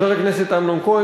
לזה אני מסכים.